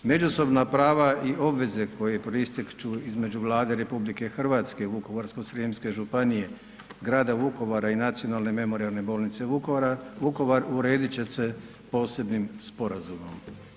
Međusobna prava i obveze koje proističu između Vlade RH i Vukovarsko-srijemske županije, grada Vukovar i Nacionalne memorijalne bolnice Vukovara, Vukovar uredit će se posebnim sporazumom.